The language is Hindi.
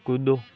कूदो